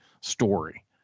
story